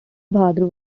bahadur